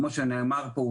כמו שנאמר פה,